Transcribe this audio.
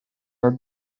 are